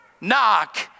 Knock